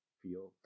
feel